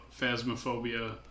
phasmophobia